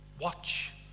Watch